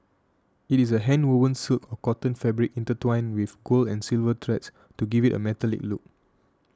it is a handwoven silk or cotton fabric intertwined with gold and silver threads to give it a metallic look